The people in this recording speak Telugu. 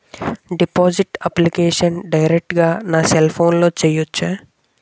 డిపాజిట్ అప్లికేషన్ డైరెక్ట్ గా నా సెల్ ఫోన్లో చెయ్యచా?